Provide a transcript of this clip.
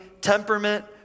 temperament